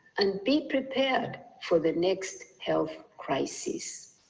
and be prepared for the next health crisis.